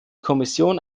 kommission